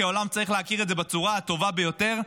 כי העולם צריך להכיר את זה בצורה הטובה ביותר.